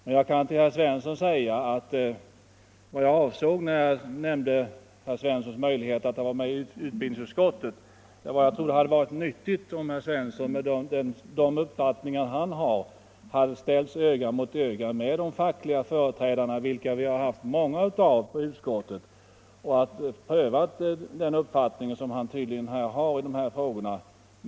Men jag kan till herr Svensson säga att vad jag avsåg när jag nämnde herr Svenssons möjligheter att vara med i utbildningsutskottet var att jag tror det hade varit nyttigt om herr Svensson hade ställts öga mot öga med de fackliga företrädarna, vilka vi har träffat många av i utskottet, och låtit dem pröva den uppfattning som herr Svensson tydligen har i dessa frågor.